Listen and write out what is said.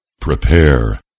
prepare